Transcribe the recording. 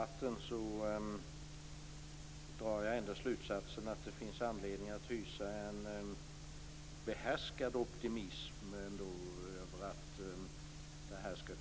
År 2000 ligger det 4 miljarder.